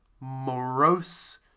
morose